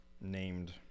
named